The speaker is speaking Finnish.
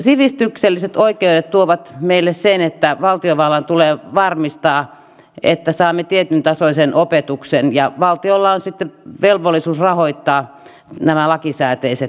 sivistykselliset oikeudet tuovat meille sen että valtiovallan tulee varmistaa että saamme tietyntasoisen opetuksen ja valtiolla on sitten velvollisuus rahoittaa nämä lakisääteiset tehtävät